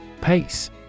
Pace